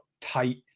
tight